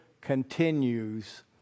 continues